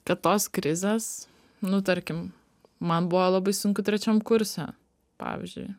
kad tos krizės nu tarkim man buvo labai sunku trečiam kurse pavyzdžiui